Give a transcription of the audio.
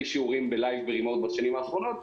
שיעורים בלייב מרחוק בשנים האחרונות.